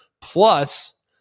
plus